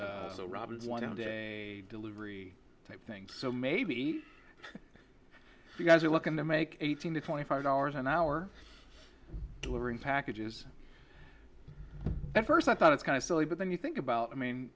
so robin day delivery type thing so maybe you guys are looking to make eighteen to twenty five dollars an hour delivering packages at first i thought it's kind of silly but then you think about i mean